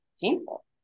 painful